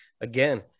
again